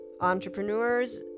entrepreneurs